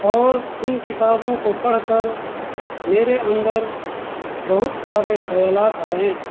اور ان کتابوں کو پڑھ کر میرے اندر بہت سارے خیالات آئیں